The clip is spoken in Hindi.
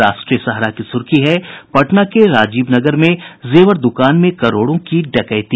राष्ट्रीय सहारा की सुर्खी है पटना के राजीवनगर में जेवर दुकान में करोड़ों की डकैती